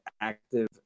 active